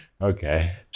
Okay